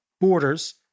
borders